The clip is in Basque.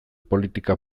politika